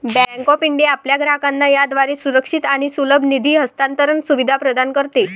bank of India आपल्या ग्राहकांना याद्वारे सुरक्षित आणि सुलभ निधी हस्तांतरण सुविधा प्रदान करते